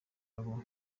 aba